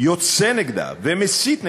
יוצא נגדה ומסית נגדה,